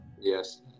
yes